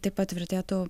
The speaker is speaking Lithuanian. taip pat vertėtų